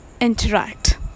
interact